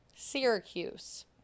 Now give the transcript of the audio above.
Syracuse